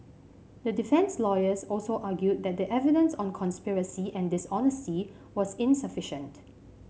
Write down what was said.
the defence lawyers also argued that the evidence on conspiracy and dishonesty was insufficient